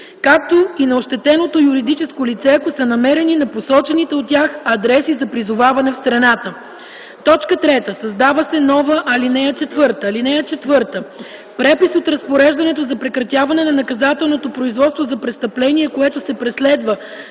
както и на ощетеното юридическо лице – ако са намерени на посочените от тях адреси за призоваване в страната.” 3. Създава се нова ал. 4: „(4) Препис от разпореждането за прекратяване на наказателното производство за престъпление, което се преследва